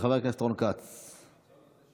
חבר הכנסת רון כץ, בבקשה.